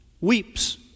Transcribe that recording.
weeps